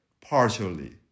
Partially